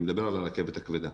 אני מדבר על הרכבת הכבדה,